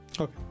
Okay